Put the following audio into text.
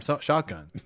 shotgun